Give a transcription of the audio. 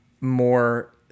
more